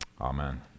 Amen